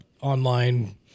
online